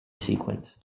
sequence